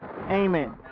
Amen